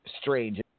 strange